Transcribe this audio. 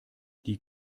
die